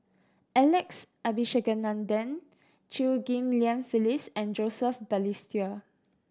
Alex Abisheganaden Chew Ghim Lian Phyllis and Joseph Balestier